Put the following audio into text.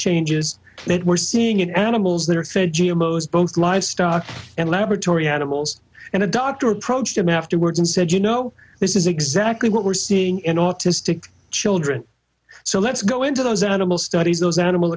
changes that we're seeing in animals that are fed g m o's both livestock and laboratory animals and a doctor approached him afterwards and said you know this is exactly what we're seeing in autistic children so let's go into those animal studies those animal